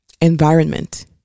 environment